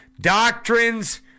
doctrines